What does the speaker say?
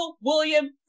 William